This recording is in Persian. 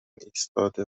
ایستاده